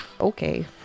Okay